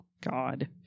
God